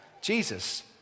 Jesus